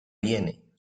viene